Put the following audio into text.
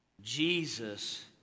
Jesus